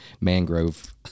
mangrove